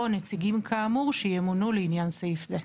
או נציגים כאמור שימונו לעניין סעיף זה.".